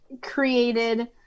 created